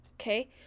okay